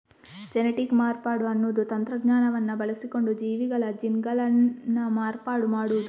genetic ಮಾರ್ಪಾಡು ಅನ್ನುದು ತಂತ್ರಜ್ಞಾನವನ್ನ ಬಳಸಿಕೊಂಡು ಜೀವಿಗಳ ಜೀನ್ಗಳನ್ನ ಮಾರ್ಪಾಡು ಮಾಡುದು